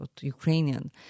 Ukrainian